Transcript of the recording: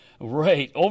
Right